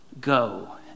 Go